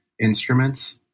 instruments